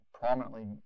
prominently